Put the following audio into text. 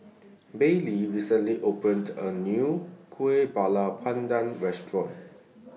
Baylee recently opened A New Kuih Bakar Pandan Restaurant